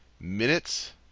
minutes